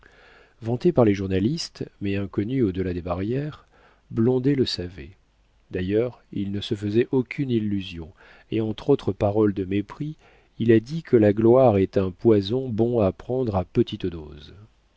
vanté par les journalistes mais inconnu au delà des barrières blondet le savait d'ailleurs il ne se faisait aucune illusion et entre autres paroles de mépris il a dit que la gloire est un poison bon à prendre par petites doses